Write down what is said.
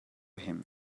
him